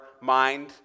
mind